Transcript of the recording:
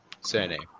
surname